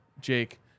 Jake